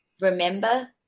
remember